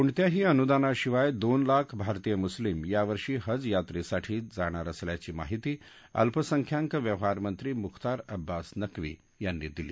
कोणत्याही अनुदानाशिवाय दोन लाख भारतीय मुस्लीम यावर्षी हज यात्रेसाठी जाणार असल्याची माहिती अल्पसंख्याक व्यवहारमंत्री मुख्तार अब्बास नक्वी यांनी दिली